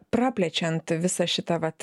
praplečiant visą šitą vat